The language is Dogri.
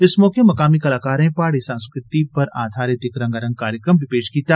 इस मौके मकामी कलाकारें पहाड़ी सांस्कृतिक पर अघारित इक रंगारंग कार्यक्रम पेश कीता